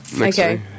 Okay